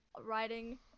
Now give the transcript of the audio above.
riding